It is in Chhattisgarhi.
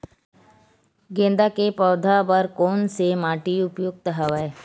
गेंदा के पौधा बर कोन से माटी उपयुक्त हवय?